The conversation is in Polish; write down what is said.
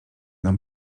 nam